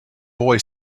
boy